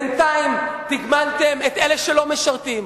בינתיים תגמלתם את אלה שלא משרתים,